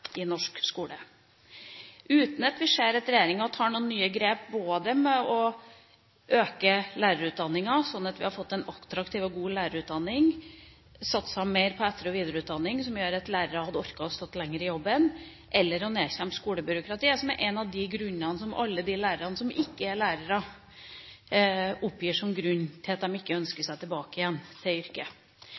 norsk skole, uten at vi ser at regjeringa tar noen nye grep for å øke lærerutdanninga, slik at vi får en attraktiv og god lærerutdanning – satse mer på etter- og videreutdanning, som gjør at lærere orker å stå lenger i jobben, eller nedkjempe skolebyråkratiet, som alle de lærerne som ikke er lærere, oppgir som en av grunnene til at de ikke ønsker seg tilbake til yrket.